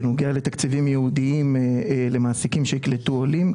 בנוגע לתקציבים ייעודיים למעסיקים שיקלטו עולים,